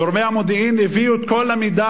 גורמי המודיעין הביאו את כל המידע